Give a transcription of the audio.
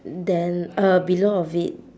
then uh below of it